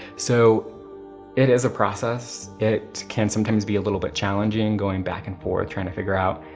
so it is a process. it can sometimes be a little bit challenging, going back and forth trying to figure out,